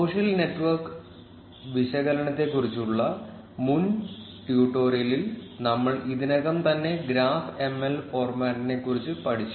social network വിശകലനത്തെക്കുറിച്ചുള്ള മുൻ ട്യൂട്ടോറിയലിൽ നമ്മൾ ഇതിനകം തന്നെ ഗ്രാഫ്എംഎൽ ഫോർമാറ്റിനെക്കുറിച്ച് പഠിച്ചു